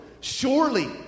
Surely